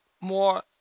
more